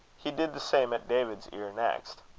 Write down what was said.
he did the same at david's ear next.